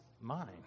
mind